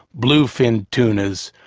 bluefin tunas,